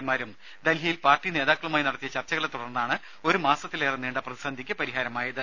എമാരും ഡൽഹിയിൽ പാർട്ടി നേതാക്കളുമായി നടത്തിയ ചർച്ചകളെ തുടർന്നാണ് ഒരു മാസത്തിലേറെ നീണ്ട പ്രതിസന്ധിക്ക് പരിഹാരമായത്